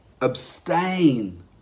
abstain